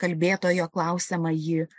kalbėtojo klausiamąjį